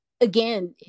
again